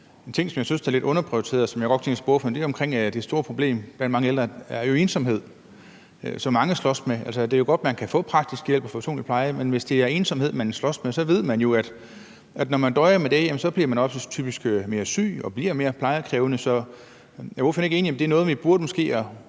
en ting, som jeg synes er lidt underprioriteret, og som jeg godt kunne tænke mig at spørge ordføreren om, er vedrørende det store problem blandt mange ældre, nemlig ensomhed, som mange slås med. Det er godt, at man kan få praktisk hjælp og personlig pleje, men hvis det er ensomhed, man slås med, ved vi jo, at når man døjer med det, bliver man også typisk mere syg og bliver mere plejekrævende. Så er ordføreren ikke enig i, at det er noget, vi burde gøre